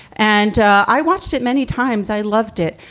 and i watched it many times. i loved it.